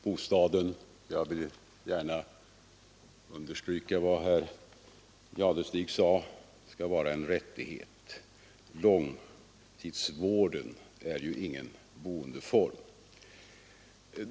Bostaden skall, som herr Jadestig sade, vara en rättighet. Långtidsvården är ju ingen boendeform.